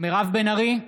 מירב בן ארי,